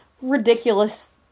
ridiculous